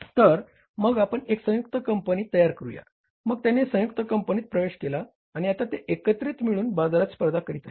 तर मग आपण एक संयुक्त कंपनी तयार करूया मग त्यांनी संयुक्त कंपनीत प्रवेश केला आणि आता ते एकत्रित मिळून बाजारात स्पर्धा करीत आहेत